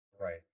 Right